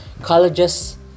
colleges